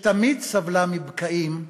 שתמיד סבלה מבקעים,